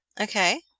Okay